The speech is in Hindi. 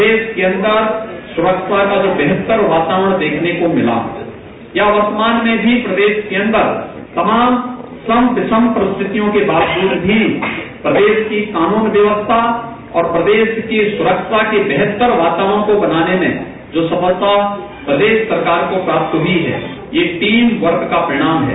प्रदेश के अन्दर सुरक्षा का जो बेहतर वातावरण देखने को मिला है यह क्तमान में भी प्रदेश के अन्दर तमाम सम विषय परिस्थातियों के बावजूद भी प्रदेश की क़ानून व्यवस्था और प्रदेश की सुरक्षा के बेहतर वातावरण को बनाने में जो सफलता प्रदेश सरकार को प्राप्त हुई है तीन वर्ष का परिणाम है